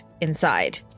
inside